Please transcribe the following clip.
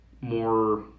more